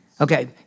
Okay